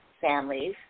families